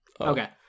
Okay